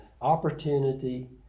opportunity